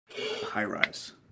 high-rise